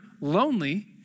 lonely